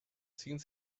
ziehen